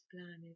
planet